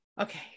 Okay